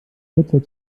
nutzer